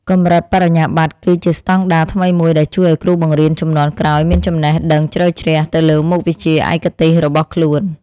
កម្រិតបរិញ្ញាបត្រគឺជាស្តង់ដារថ្មីមួយដែលជួយឱ្យគ្រូបង្រៀនជំនាន់ក្រោយមានចំណេះដឹងជ្រៅជ្រះទៅលើមុខវិជ្ជាឯកទេសរបស់ខ្លួន។